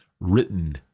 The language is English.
written